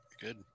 Good